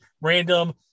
random